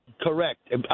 Correct